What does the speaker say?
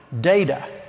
data